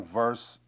verse